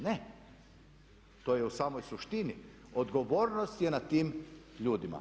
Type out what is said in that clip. Ne, to je u samoj suštini, odgovornost je na tim ljudima.